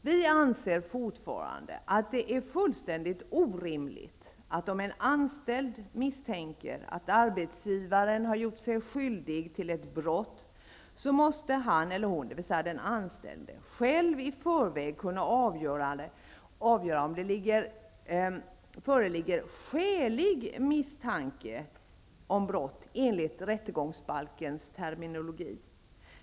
Vi anser fortfarande att det är fullständigt orimligt att om en anställd misstänker att arbetsgivaren har gjort sig skyldig till ett brott, så måste den anställde själv i förväg kunna avgöra om det föreligger skälig misstanke om brott, enligt rättegångsbalkens terminologi.